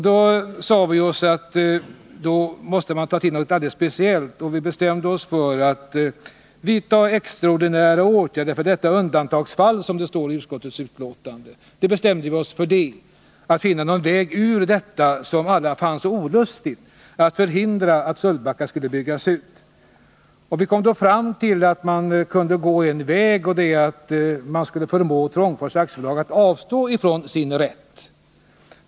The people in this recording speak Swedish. Då sade vi oss att man måste ta till någonting alldeles speciellt, och vi 61 bestämde oss för ”extraordinära åtgärder för detta undantagsfall” , som det står i utskottets betänkande. Vi bestämde oss för att finna en väg ur den situation som alla fann så olustig och förhindra att Sölvbacka byggdes ut. Vi kom fram till att man kunde försöka förmå Trångfors AB att avstå från sin rätt.